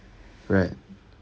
right